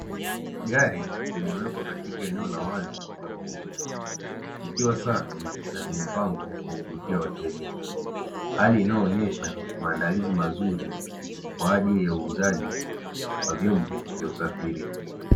Gari limewekwa katika eneo la wazi la mauzo, likiwa safi na limepambwa kwa kuwavutia wateja; hali inayoonyesha maandalizi mazuri kwa ajili ya uuzaji wa vyombo vya usafiri.